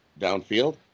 downfield